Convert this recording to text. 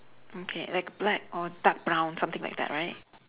okay like black or dark brown something like that right